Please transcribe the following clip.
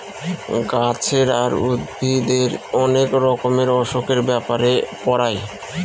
গাছের আর উদ্ভিদের অনেক রকমের অসুখের ব্যাপারে পড়ায়